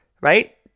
right